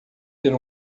ter